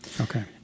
Okay